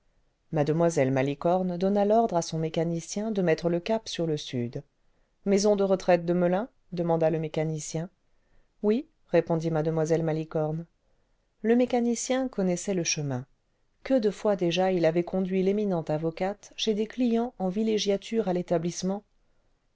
malicorne donna l'ordre à son mécanicien de mettre le cap sur le sud ce maison de retraite de melun demanda le mécanicien oui répondit mue malicorne le mécanicien connaissait le chemin que de fois déjà il avait conduit l'éminente avocate chez des clients en villégiature à l'établissement